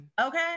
Okay